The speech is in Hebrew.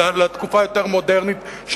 לתקופה היותר מודרנית,